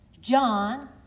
John